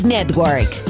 Network